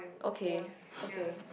okay okay